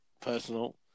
personal